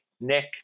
Nick